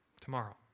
tomorrow